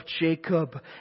Jacob